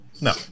no